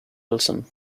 wilson